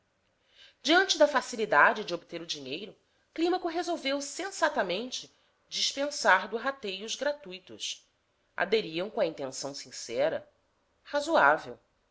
diante da facilidade de obter o dinheiro clímaco resolveu sensatamente dispensar do rateio os gratuitos aderiam com a intenção sincera razoável